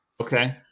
Okay